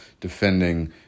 defending